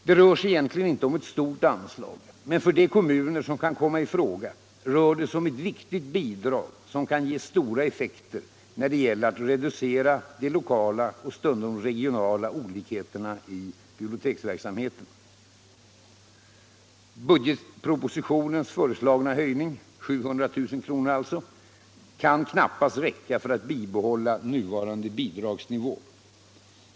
Det rör sig egentligen inte om ett stort anslag. Men för de kommuner som kan komma i fråga rör det sig om ett viktigt bidrag, som kan ge stora effekter när det gäller att reducera de lokala och stundom regionala olikheterna i biblioteksverksamheten. Budgetpropositionens föreslagna höjning, 700 000 kr., kan knappast räcka för att bibehålla nuvarande bidragsnivå.